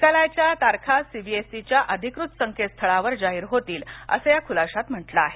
निकालाच्या तारखा सीबीएसईच्या अधिकृत संकेत स्थळावरच जाहीर होतील असं या खुलाशात म्हटलं आहे